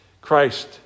Christ